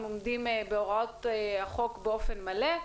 הם עומדים בהוראות החוק באופן מלא.